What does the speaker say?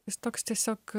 jis toks tiesiog